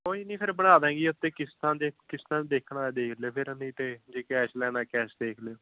ਕੋਈ ਨਹੀਂ ਫਿਰ ਬਣਾ ਦਾਂਗੇ ਜੀ ਉਹ 'ਤੇ ਕਿਸ਼ਤਾਂ ਦੇ ਕਿਸ਼ਤਾਂ ਦੇਖਣਾ ਹੋਇਆ ਦੇਖ ਲਿਓ ਫਿਰ ਨਹੀਂ ਤੇ ਜੇ ਕੈਸ਼ ਲੈਣਾ ਕੈਸ਼ ਦੇਖ ਲਿਓ